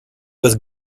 was